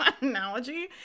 analogy